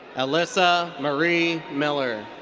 elissa marie miller.